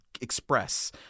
express